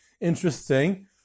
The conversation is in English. interesting